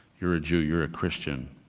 you're a jew, you're a christian,